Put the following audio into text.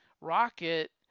Rocket